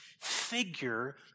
figure